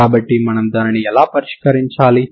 కాబట్టి మనం దానిని ఎలా పరిష్కరించాలి